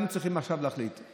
היינו צריכים עכשיו להחליט,